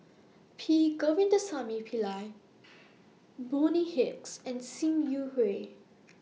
P Govindasamy Pillai Bonny Hicks and SIM Hui